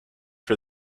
for